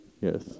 Yes